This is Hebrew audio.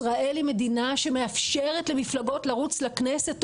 ישראל היא מדינה שמאפשרת למפלגות לרוץ לכנסת,